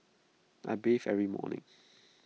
I bathe every morning